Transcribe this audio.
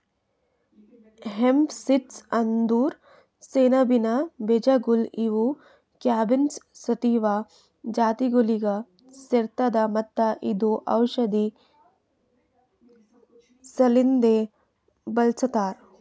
hemp seeds ಅಂದುರ್ ಸೆಣಬಿನ ಬೀಜಗೊಳ್ ಇವು ಕ್ಯಾನಬಿಸ್ ಸಟಿವಾ ಜಾತಿಗೊಳಿಗ್ ಸೇರ್ತದ ಮತ್ತ ಇದು ಔಷಧಿ ಸಲೆಂದ್ ಬಳ್ಸತಾರ್